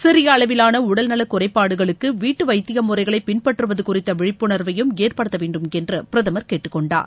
சிறிய அளவிலான உடல்நல குறைபாடுகளுக்கு வீட்டு வைத்தியமுறைகளை பின்பற்றுவது குறித்த விழிப்புணர்வையும் ஏற்படுத்தவேண்டும் என்று பிரதமர் கேட்டுக்கொண்டார்